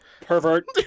pervert